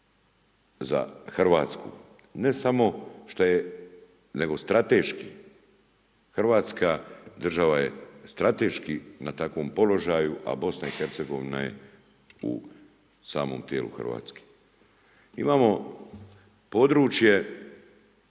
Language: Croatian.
za Hrvatsku. Ne samo nego strateški, Hrvatska je država strateški na takvom položaju, a Bosna i Hercegovina je u samom tijelu Hrvatske. Imamo područje